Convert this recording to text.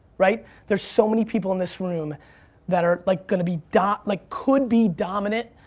right? there's so many people in this room that are like gonna be dot, like could be dominant,